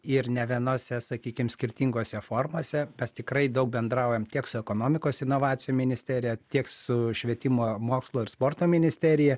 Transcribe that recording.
ir ne vienose sakykim skirtingose formose mes tikrai daug bendraujame tiek su ekonomikos inovacijų ministerija tiek su švietimo mokslo ir sporto ministerija